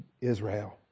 Israel